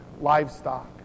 livestock